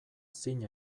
zin